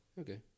Okay